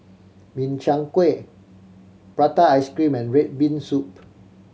Min Chiang Kueh prata ice cream and red bean soup